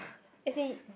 as he